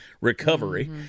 recovery